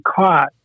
caught